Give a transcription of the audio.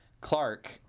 Clark